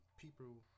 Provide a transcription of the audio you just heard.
people